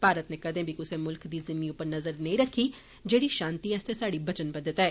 भारत नै कदें बी कुसै मुल्खै दी जिमी उप्पर नजर नेई रक्खी जेडी शांति आस्तै साह्ड़ी वचनबद्धता ऐ